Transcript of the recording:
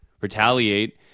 retaliate